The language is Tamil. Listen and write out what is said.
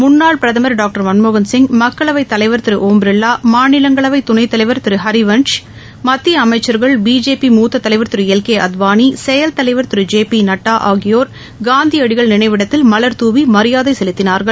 முன்னாள் பிரதமர் டாக்டர் மன்மோகள் சிங் மக்களவை தலைவர் திரு ஒம் பிர்லா மாநிலங்களவை துணைத்தலைவர் திரு ஹரிவன்ஷ் மத்திய அமைச்சர்கள் பிஜேபி மூத்த தலைவர் திரு எல் கே அத்வானி செயல்தலைவர் திரு ஜே பி நட்டா ஆகியோர் காந்தியடிகள் நினைவிடத்தில் மலர்தூவி மரியாதை செலுத்தினார்கள்